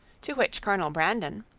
to which colonel brandon,